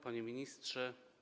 Panie Ministrze!